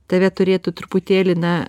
tave turėtų truputėlį na